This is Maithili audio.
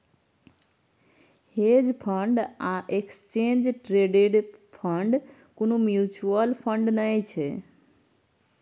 हेज फंड आ एक्सचेंज ट्रेडेड फंड कुनु म्यूच्यूअल फंड नै छै